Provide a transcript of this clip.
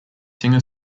singer